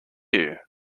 you